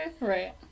Right